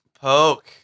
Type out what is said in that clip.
Poke